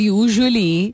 usually